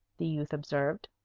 the youth observed.